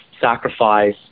sacrifice